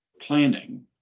planning